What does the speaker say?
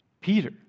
Peter